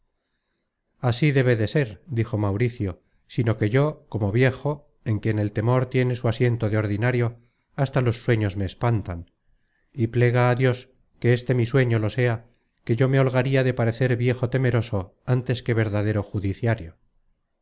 así debe de ser dijo mauricio sino que yo como viejo en quien el temor tiene su asiento de ordinario hasta los sueños me espantan y plega á dios que este mi sueño lo sea que yo me holgaria de parecer viejo temeroso antes que verdadero judiciario